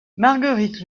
marguerite